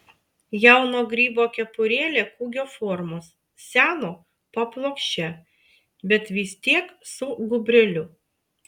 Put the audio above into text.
jauno grybo kepurėlė kūgio formos seno paplokščia bet vis tiek su gūbreliu